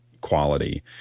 quality